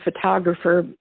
photographer